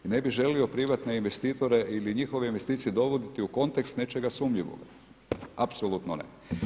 I ne bih želio privatne investitore ili njihove investicije dovoditi u kontekst nečega sumnjivoga, apsolutno ne.